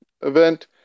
event